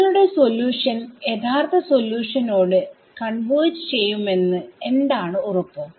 നിങ്ങളുടെ സൊല്യൂഷൻ യഥാർത്ഥ സൊല്യൂഷനോട്കൺവെർജ് ചെയ്യുമെന്ന് എന്താണ് ഉറപ്പ്